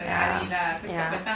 ya ya